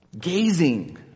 gazing